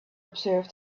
observe